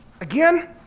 again